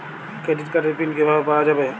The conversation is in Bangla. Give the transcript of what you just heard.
ক্রেডিট কার্ডের পিন কিভাবে পাওয়া যাবে?